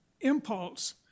impulse